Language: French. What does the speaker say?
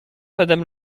madame